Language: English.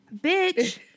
bitch